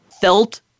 felt